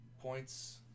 points